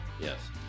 Yes